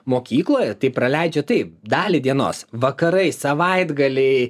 mokykloje tai praleidžia taip dalį dienos vakarai savaitgaliai